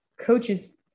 coaches